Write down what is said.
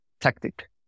tactic